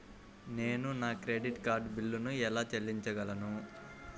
నేను నా credit card బిల్లును ఎలా చెల్లించగలను?